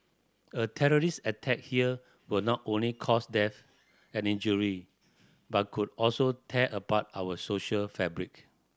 a terrorist attack here will not only cause death and injury but could also tear apart our social fabric